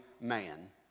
man